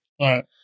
Right